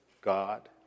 God